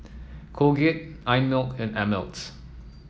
Colgate Einmilk and Ameltz